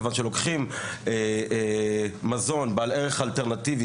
כיוון שלוקחים מזון בעל ערך אלטרנטיבי